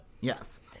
Yes